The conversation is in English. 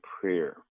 prayer